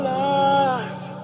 life